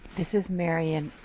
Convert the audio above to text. this is marian.